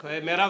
מי נמנע?